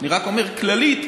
אני רק אומר כללית: